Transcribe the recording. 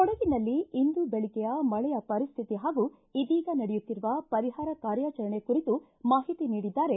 ಕೊಡಗಿನಲ್ಲಿ ಇಂದು ಬೆಳಗ್ಗೆಯ ಮಳೆಯ ಪರಿಸ್ತಿತಿ ಹಾಗೂ ಇದೀಗ ನಡೆಯುತ್ತಿರುವ ಪರಿಹಾರ ಕಾರ್ಯಾಚರಣೆ ಕುರಿತು ಮಾಹಿತಿ ನೀಡಿದ್ದಾರೆ